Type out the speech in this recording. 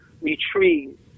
retrieve